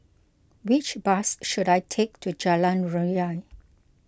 which bus should I take to Jalan Ria